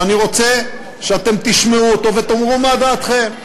ואני רוצה שאתם תשמעו אותו ותאמרו מה דעתכם,